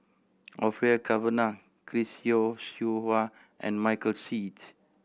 Orfeur Cavenagh Chris Yeo Siew Hua and Michael Seet